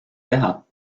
teha